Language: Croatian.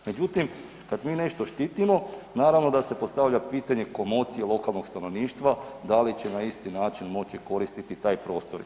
Međutim, kad mi nešto štitimo, naravno da se postavlja pitanje komocije lokalnog stanovništva, da li će na isti način moći koristiti taj prostor.